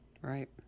Right